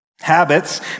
Habits